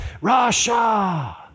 Russia